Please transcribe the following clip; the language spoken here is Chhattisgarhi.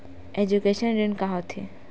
एजुकेशन ऋण का होथे?